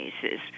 cases